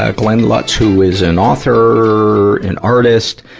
ah glenn lutz, who is an author, an artist.